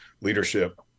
leadership